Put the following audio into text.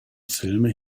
filme